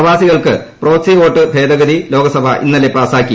പ്രവാസികൾക്ക് proxy vote ഭേദഗതി ലോക്സഭ ഇന്നലെ പാസ്സാക്കി